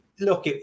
Look